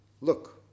Look